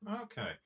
Okay